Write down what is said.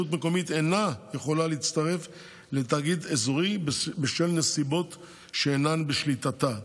מקומית אינה יכולה להצטרף לתאגיד אזורי בשל נסיבות שאינן בשליטתה,